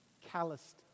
calloused